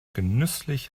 genüsslich